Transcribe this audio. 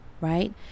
right